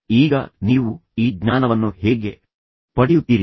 ಈಗ ನೀವು ಈ ಜ್ಞಾನವನ್ನು ಹೇಗೆ ಪಡೆಯುತ್ತೀರಿ